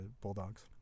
Bulldogs